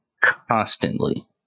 constantly